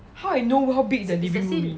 how I know how big the living room is